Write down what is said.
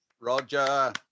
Roger